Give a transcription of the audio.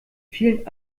vielen